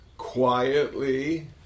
Quietly